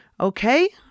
Okay